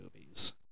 movies